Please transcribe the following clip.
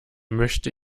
möchte